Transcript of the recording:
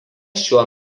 šiuo